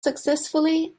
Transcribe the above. successfully